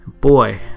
Boy